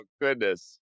goodness